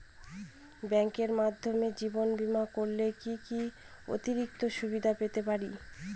ব্যাংকের মাধ্যমে জীবন বীমা করলে কি কি অতিরিক্ত সুবিধে পেতে পারি?